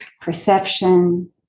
perception